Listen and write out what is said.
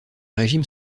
régimes